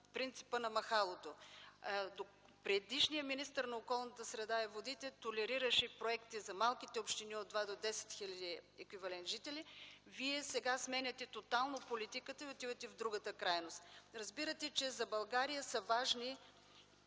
принципа на махалото – предишният министър на околната среда и водите толерираше проекти за малките общини от 2000 до 10 000 еквивалент жители, Вие сега сменяте тотално политиката и отивате в другата крайност. Разбирате, че за България са важни